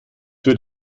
für